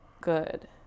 Good